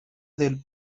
del